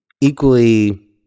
equally